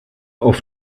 auf